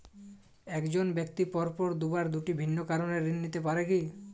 এক জন ব্যক্তি পরপর দুবার দুটি ভিন্ন কারণে ঋণ নিতে পারে কী?